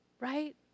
Right